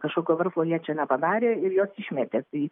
kažkokio verslo jie čia nepadarė ir juos išmetė tai